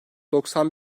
doksan